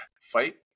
fight